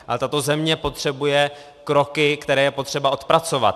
Ale tato země potřebuje kroky, které je potřeba odpracovat.